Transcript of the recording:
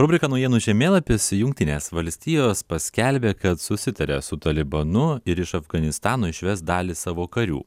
rubrika naujienų žemėlapis jungtinės valstijos paskelbė kad susitarė su talibanu ir iš afganistano išves dalį savo karių